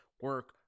Work